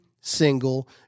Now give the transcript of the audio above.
single